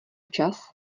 čas